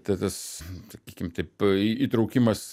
tai tas sakykim taip įtraukimas